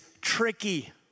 tricky